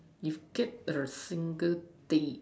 if keep a single thing